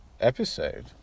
episode